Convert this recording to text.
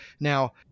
Now